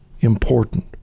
important